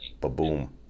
ba-boom